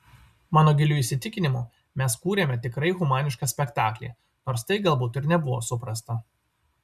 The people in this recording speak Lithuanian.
mano giliu įsitikinimu mes kūrėme tikrai humanišką spektaklį nors tai galbūt ir nebuvo suprasta